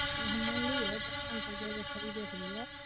ओ हम मानलियै दोकान पर जेबै खरीदेके लिये